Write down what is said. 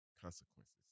consequences